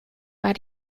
war